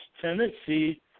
Tennessee –